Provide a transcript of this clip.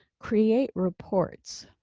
create reports.